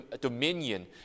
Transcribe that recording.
dominion